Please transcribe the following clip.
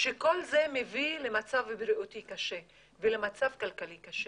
שכל זה מביא למצב בריאותי קשה ולמצב בריאותי קשה.